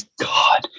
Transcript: God